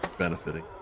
benefiting